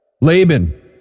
Laban